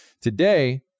Today